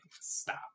Stop